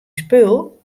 spul